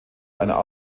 einer